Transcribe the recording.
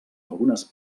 algunes